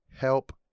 help